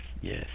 Yes